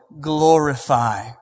glorify